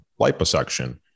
liposuction